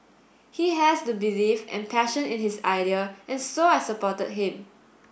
he has the belief and passion in his idea and so I supported him